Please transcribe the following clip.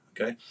Okay